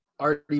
Already